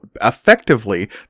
effectively